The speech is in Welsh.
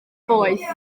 boeth